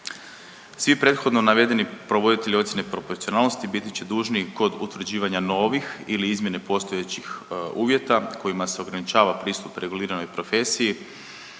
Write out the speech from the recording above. Svi prethodno navedeni provoditelji ocjene proporcionalnosti biti će dužni kod utvrđivanja novih ili izmjena postojećih uvjeta kojima se ograničava pristup reguliranoj profesiji,